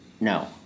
no